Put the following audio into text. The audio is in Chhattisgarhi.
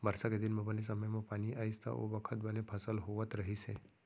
बरसा के दिन म बने समे म पानी आइस त ओ बखत बने फसल होवत रहिस हे